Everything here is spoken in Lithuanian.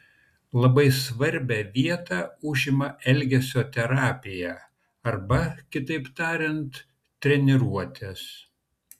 labai svarbią vietą užima elgesio terapija arba kitaip tariant treniruotės